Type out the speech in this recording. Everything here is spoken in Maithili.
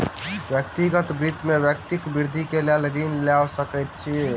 व्यक्तिगत वित्त में व्यक्ति वृद्धि के लेल ऋण लय सकैत अछि